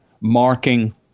marking